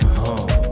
home